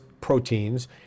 proteins